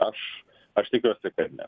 aš aš tikiuosi kad ne